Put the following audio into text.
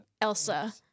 elsa